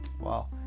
Wow